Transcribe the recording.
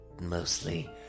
mostly